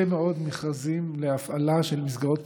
מאוד מכרזים להפעלה של מסגרות פתוחות,